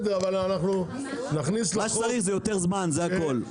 מה שצריך זה יותר זמן, זה הכול.